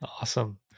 Awesome